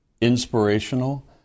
inspirational